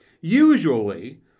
Usually